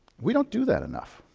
we don't do that enough.